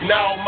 Now